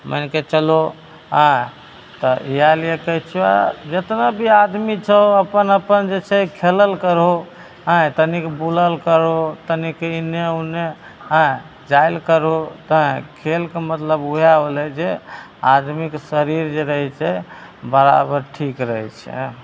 मानिके चलहो एँ तऽ इएहलिए कहै छिअऽ जतनाभी आदमी छहो अपन अपन जे छै खेलल करहो अँए तनिक बुलल करहो तनिक एन्ने ओन्ने हेँ जाइले करहो हेँ खेलके मतलब वएह होलै जे आदमीके शरीर जे रहै छै बराबर ठीक रहै छै हेँ